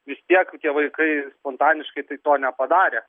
vis tiek tie vaikai spontaniškai tai to nepadarė